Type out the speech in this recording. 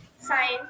science